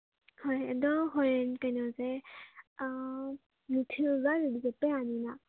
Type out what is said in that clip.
ꯍꯣꯏ ꯑꯗꯣ ꯍꯣꯔꯦꯟ ꯀꯩꯅꯣꯁꯦ ꯅꯨꯡꯊꯤꯜ ꯑꯗ꯭ꯋꯥꯏꯗꯗꯤ ꯆꯠꯄ ꯌꯥꯅꯤꯅ